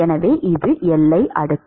எனவே இது எல்லை அடுக்கு